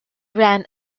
ran